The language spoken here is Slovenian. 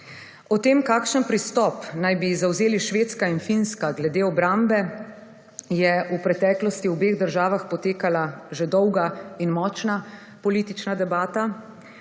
O tem kakšen pristop bi zavzeli Švedska in Finska glede obrambe je v preteklosti v obeh državah potekala že dolga in močna politična debata.